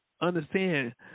understand